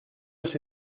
los